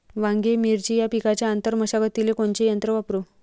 वांगे, मिरची या पिकाच्या आंतर मशागतीले कोनचे यंत्र वापरू?